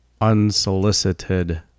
unsolicited